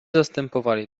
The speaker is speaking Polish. zastępowali